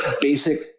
basic